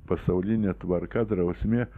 pasaulinė tvarka drausmė